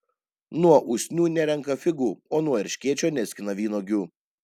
nuo usnių nerenka figų o nuo erškėčio neskina vynuogių